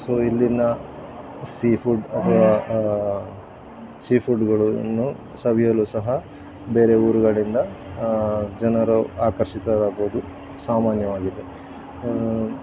so ಇಲ್ಲಿನ seafood ಅಥವಾ sea ಫುಡ್ಗಳನ್ನು ಸವಿಯಲು ಸಹ ಬೇರೆ ಊರುಗಳಿಂದ ಜನರು ಆಕರ್ಷಿತರಾಗೋದು ಸಾಮಾನ್ಯವಾಗಿದೆ